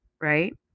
right